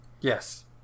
Yes